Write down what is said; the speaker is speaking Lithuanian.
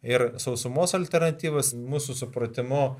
ir sausumos alternatyvos mūsų supratimu